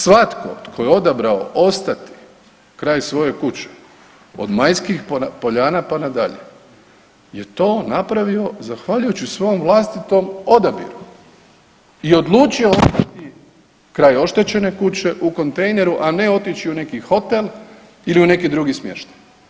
Svatko tko je odabrao ostati kraj svoje kuće od Majskih poljana pa na dalje je to napravio zahvaljujući svom vlastitom odabiru i odlučio ostati kraj oštećene kuće u kontejneru, a ne otići u neki hotel ili u neki drugi smještaj.